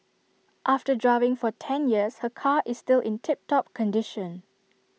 after driving for ten years her car is still in tip top condition